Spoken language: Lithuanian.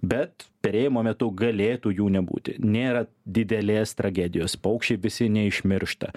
bet perėjimo metu galėtų jų nebūti nėra didelės tragedijos paukščiai visi neišmiršta